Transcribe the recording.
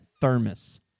thermos